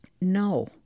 No